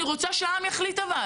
אבל אני רוצה שהעם יחליט.